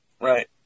Right